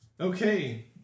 Okay